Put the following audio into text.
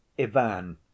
Ivan